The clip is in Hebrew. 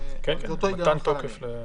אבל אותו היגיון חל עליהם.